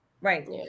Right